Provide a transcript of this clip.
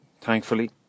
thankfully